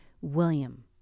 William